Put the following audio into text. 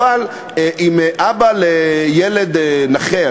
אבל אם אבא לילד נכה,